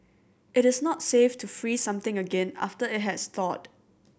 it is not safe to freeze something again after it has thawed